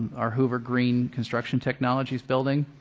our hoover's green construction technologies building,